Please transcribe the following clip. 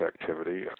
activity